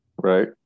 Right